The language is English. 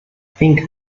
think